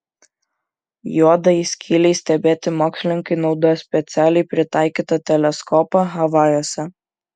juodajai skylei stebėti mokslininkai naudojo specialiai pritaikytą teleskopą havajuose